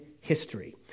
history